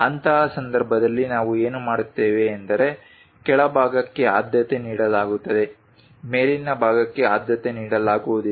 ಅಂತಹ ಸಂದರ್ಭದಲ್ಲಿ ನಾವು ಏನು ಮಾಡುತ್ತೇವೆ ಎಂದರೆ ಕೆಳಭಾಗಕ್ಕೆ ಆದ್ಯತೆ ನೀಡಲಾಗುತ್ತದೆ ಮೇಲಿನ ಭಾಗಕ್ಕೆ ಆದ್ಯತೆ ನೀಡಲಾಗುವುದಿಲ್ಲ